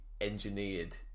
engineered